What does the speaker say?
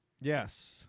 Yes